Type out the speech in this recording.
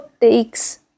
takes